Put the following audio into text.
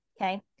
okay